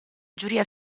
giuria